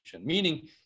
meaning